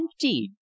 indeed